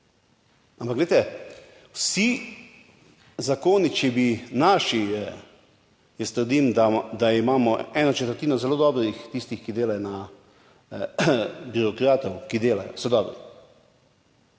Ampak glejte, vsi zakoni, če bi naši, jaz trdim, da imamo eno četrtino zelo dobrih, tistih birokratov, ki delajo, so dobri.